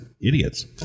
idiots